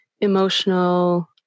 emotional